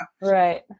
Right